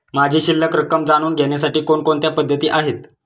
माझी शिल्लक रक्कम जाणून घेण्यासाठी कोणकोणत्या पद्धती आहेत?